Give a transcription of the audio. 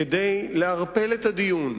כדי לערפל את הדיון,